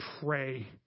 pray